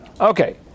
Okay